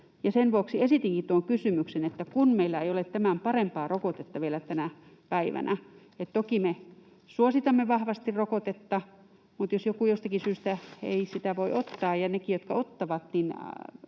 sen vuoksi esitinkin tuon kysymyksen, että kun meillä ei ole tämän parempaa rokotetta vielä tänä päivänä, me toki suositamme vahvasti rokotetta, mutta jos joku jostakin syystä ei sitä voi ottaa, ja niille, jotka ottavat,